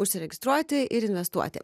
užsiregistruoti ir investuoti